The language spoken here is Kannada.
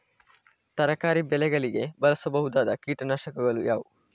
ತರಕಾರಿ ಬೆಳೆಗಳಿಗೆ ಬಳಸಬಹುದಾದ ಕೀಟನಾಶಕಗಳು ಯಾವುವು?